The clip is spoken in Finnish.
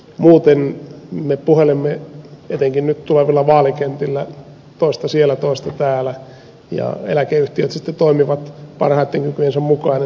muuten me puhelemme etenkin nyt tulevilla vaalikentillä toista siellä toista täällä ja eläkeyhtiöt sitten toimivat parhaiden kykyjensä mukaan